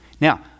now